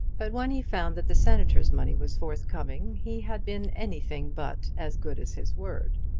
but, when he found that the senator's money was forthcoming, he had been anything but as good as his word.